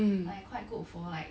um